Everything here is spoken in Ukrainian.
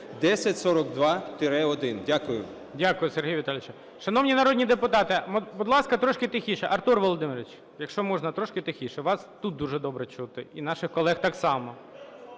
1042-1. Дякую. ГОЛОВУЮЧИЙ. Дякую, Сергію Віталійовичу. Шановні народні депутати, будь ласка, трошки тихіше. Артуре Володимировичу, якщо можна, трошки тихіше, вас тут дуже добре чути і наших колег так само.